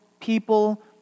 people